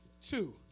two